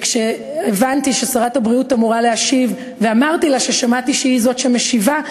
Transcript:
שכשהבנתי ששרת הבריאות אמורה להשיב ואמרתי לה ששמעתי שהיא זאת שמשיבה,